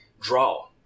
draw